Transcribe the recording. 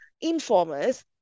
informers